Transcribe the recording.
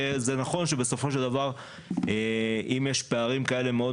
זה נכון שבסופו של דבר אם יש פערים כאלה מאוד